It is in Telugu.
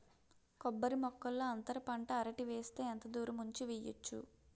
కొబ్బరి మొక్కల్లో అంతర పంట అరటి వేస్తే ఎంత దూరం ఉంచి వెయ్యొచ్చు?